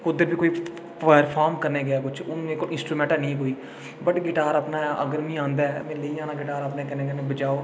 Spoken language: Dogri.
ओह्दे बी कोई परफार्म करने गी गया कुछ मेरे कोल इंस्ट्रोमेंट निं ऐ कोई पर ऐ गिटार अपना मिगी आंदा ऐ ते में लेई जाना गिटार अपने कन्नै कन्नै बजाओ